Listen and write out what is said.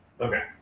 Okay